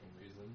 reason